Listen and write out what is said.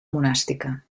monàstica